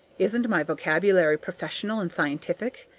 isn't my vocabulary professional and scientific?